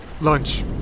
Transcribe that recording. lunch